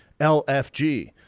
LFG